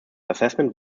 assessment